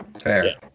Fair